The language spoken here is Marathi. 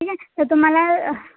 ठीक आहे तर तुम्हाला